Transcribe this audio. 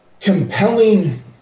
compelling